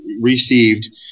received